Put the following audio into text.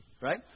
Right